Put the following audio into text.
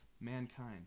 mankind